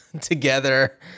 together